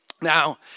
Now